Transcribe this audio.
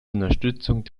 unterstützung